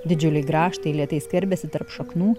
didžiuliai grąžtai lėtai skverbėsi tarp šaknų